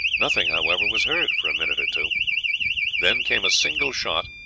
nothing, however, was heard for a minute or two then came a single shot,